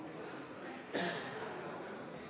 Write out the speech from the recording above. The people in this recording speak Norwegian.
president,